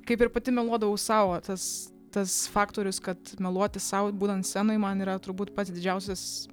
kaip ir pati meluodavau sau va tas tas faktorius kad meluoti sau būnant scenoj man yra turbūt pats didžiausias